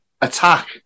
attack